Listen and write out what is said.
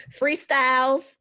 Freestyles